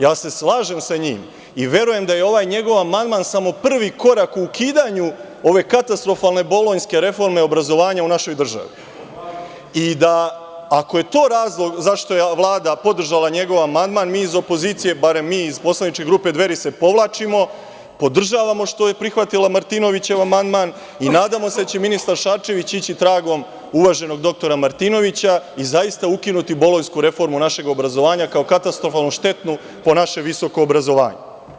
Ja se slažem sa njim i verujem da je ovaj njegov amandman samo prvi korak ka ukidanju ove katastrofalne bolonjske reforme obrazovanja u našoj državi i da ako je to razlog zašto je Vlada podržala njegov amandman, mi iz opozicije, barem mi iz poslaničke grupe Dveri se povlačimo, podržavamo što je prihvatila Martinovićev amandman i nadamo se da će ministar Šarčević ići tragom uvaženog dr Martinovića i zaista ukinuti bolonjsku reformu našeg obrazovanja, kao katastrofalnu, štetnu po naše visoko obrazovanje.